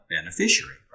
beneficiary